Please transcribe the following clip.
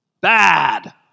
Bad